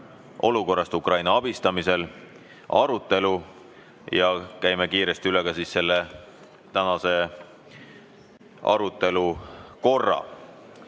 "Olukorrast Ukraina abistamisel" arutelu. Käime kiiresti üle ka tänase arutelu korra.